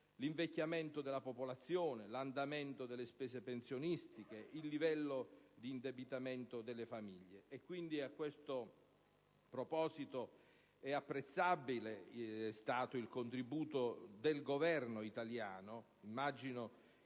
l'invecchiamento della popolazione, l'andamento delle spese pensionistiche, il livello dell'indebitamento delle famiglie. Quindi, a questo proposito, apprezzabile è stato il contributo del Governo italiano: immagino